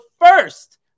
first